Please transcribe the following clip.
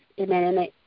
amen